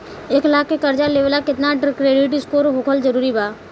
एक लाख के कर्जा लेवेला केतना क्रेडिट स्कोर होखल् जरूरी बा?